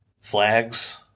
flags